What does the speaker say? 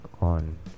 on